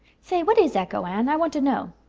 say, what is echo, anne i want to know.